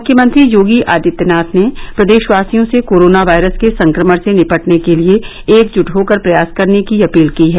मुख्यमंत्री योगी आदित्यनाथ ने प्रदेशवासियों से कोरोना वायरस के संक्रमण से निपटने के लिये एकजुट होकर प्रयास करने की अपील की है